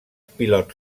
pilots